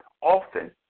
Often